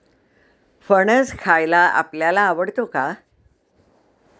फणस खायला आपल्याला आवडतो का?